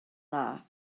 dda